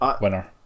Winner